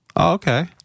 okay